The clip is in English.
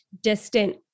distant